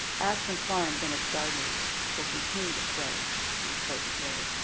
aspen farms and it's gardeners will continue to play an important role.